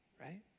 Right